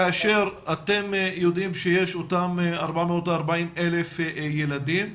כאשר אתם יודעים שיש את אותם 440,000 ילדים,